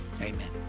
amen